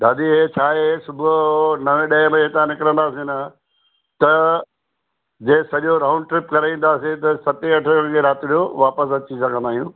दादी इहे छाहे सुबुह जो नवें ॾहें बजे इतां निकिरंदासीं न त जे सॼो राउंड ट्रिप करे ईंदासीं त सतें अठें बजे राति जो वापसि अची सघंदा आहियूं